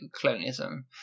colonialism